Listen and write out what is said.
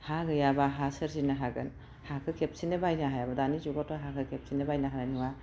हा गैयाबा हा सोरजिनो हागोन हाखौ खेबसेनो बायनो हायाबा दानि जुगावथ' हाखौ खेबसेनो बायनो हानाय नङा